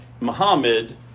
Muhammad